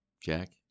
Jack